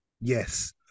Yes